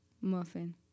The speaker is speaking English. muffin